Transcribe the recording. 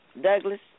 Douglas